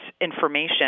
information